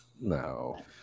No